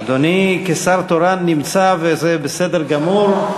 אדוני כשר תורן נמצא, וזה בסדר גמור.